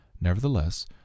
Nevertheless